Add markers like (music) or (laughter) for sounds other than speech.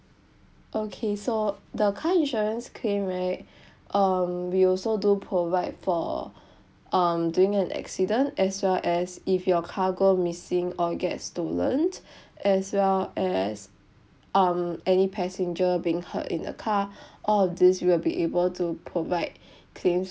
okay so the car insurance claim right (breath) um we also do provide for um during an accident as well as if your car go missing or get stolen as well as um any passenger being hurt in the car (breath) all of these we will be able to provide claims